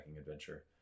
adventure